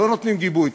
לא נותנים גיבוי,